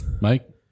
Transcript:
Mike